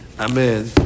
Amen